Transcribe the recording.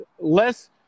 Less